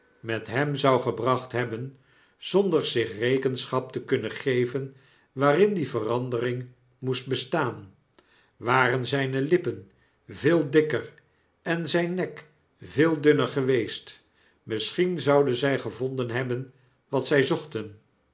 met hem zou gebracht hebben zonder zich rekenschap te kunnen geven waarin die verandering moest bestaan waren zijne lippen veel dikker en zijn nek veel dunner geweest misschien zouden zij gevonden hebben wat zij zochten